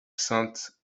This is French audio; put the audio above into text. sainte